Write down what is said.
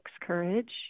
courage